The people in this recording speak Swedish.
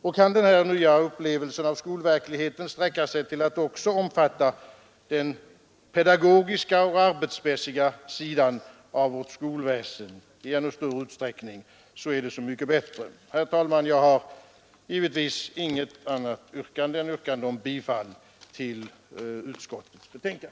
Om denna nya upplevelse av skolverkligheten i ännu högre grad kan sträcka sig till att också omfatta den pedagogiska och arbetsmässiga sidan av vårt skolväsen, så är det så mycket bättre. Herr talman! Jag har givetvis inget annat yrkande än bifall till utskottets hemställan.